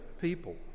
people